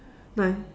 nine